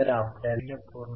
तर आपल्याला 0